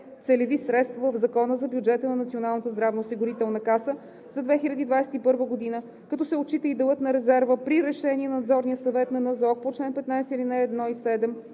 целеви средства в Закона за бюджета на Националната здравноосигурителна каса за 2021 г., като се отчита и делът на резерва при решение на надзорния съвет на НЗОК по чл. 15, ал. 1,